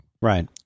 Right